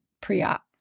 pre-op